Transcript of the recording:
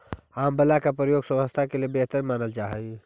आंवला के प्रयोग स्वास्थ्य के लिए बेहतर मानल जा हइ